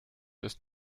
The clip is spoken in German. des